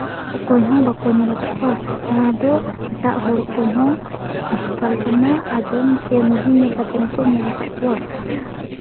ᱚᱠᱚᱭ ᱦᱚᱸ ᱵᱟᱠᱚ ᱧᱮᱞ ᱟᱠᱟᱫ ᱠᱚᱣᱟ ᱡᱟᱦᱟᱸ ᱫᱚ ᱮᱴᱟᱜ ᱦᱚᱲ ᱠᱚᱦᱚᱸ ᱠᱚᱞᱯᱚᱱᱟ ᱟᱸᱡᱚᱢ ᱪᱮ ᱢᱩᱵᱷᱤ ᱧᱮᱞ ᱠᱟᱛᱮᱫ ᱜᱮᱠᱚ ᱧᱮᱞ ᱟᱠᱟᱫ ᱠᱚᱣᱟ